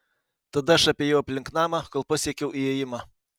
tada aš apėjau aplink namą kol pasiekiau įėjimą